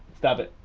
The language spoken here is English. stop it,